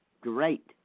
Great